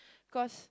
cause